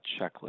checklist